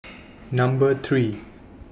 Number three